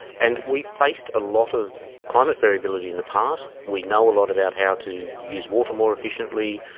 and we've faced a lot of climate variability in the past, we know a lot about how to use water more efficiently,